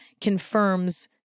confirms